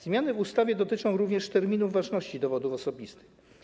Zmiany w ustawie dotyczą również terminów ważności dowodów osobistych.